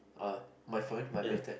uh my friend vibrated